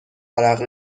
عرق